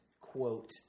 quote